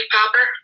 Popper